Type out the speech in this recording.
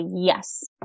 yes